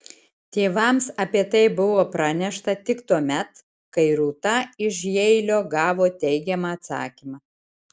tėvams apie tai buvo pranešta tik tuomet kai rūta iš jeilio gavo teigiamą atsakymą